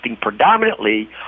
predominantly